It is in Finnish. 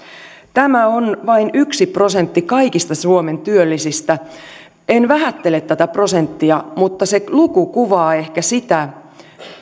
tämä on vain yksi prosentti kaikista suomen työllisistä en vähättele tätä prosenttia mutta luku kuvaa ehkä sitä